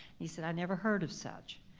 he said, i've never heard of such.